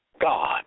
God